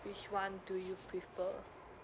which one do you prefer